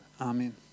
Amen